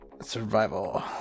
Survival